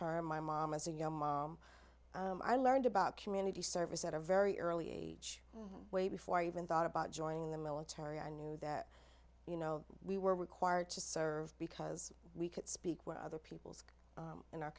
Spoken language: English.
her my mom as a young mom i learned about community service at a very early age way before i even thought about joining the military i knew that you know we were required to serve because we could speak with other people's in our